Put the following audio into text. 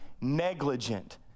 negligent